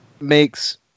makes